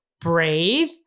breathe